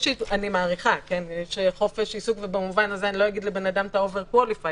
יש חופש עיסוק ולא אגיד לבן אדם שהוא over qualified,